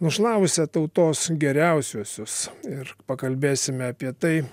nušlavusią tautos geriausiuosius ir pakalbėsime apie tai